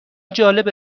جالبه